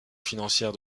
financière